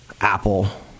Apple